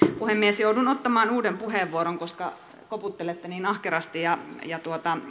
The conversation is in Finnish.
puhemies joudun ottamaan uuden puheenvuoron koska koputtelette niin ahkerasti ja ja